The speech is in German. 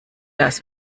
das